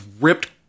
ripped